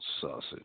sausage